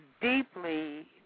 deeply